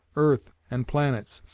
earth, and planets,